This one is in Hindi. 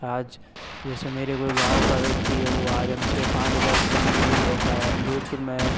आज जैसे मेरे गाँव का व्यक्ति वो आज हम से पाँच हज़ार किलोमीटर दूर रहता है जोधपुर में